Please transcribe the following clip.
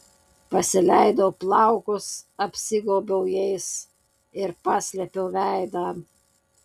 pasileidau plaukus apsigaubiau jais ir paslėpiau veidą